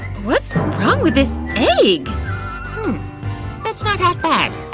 what's wrong with this pig that's not that bad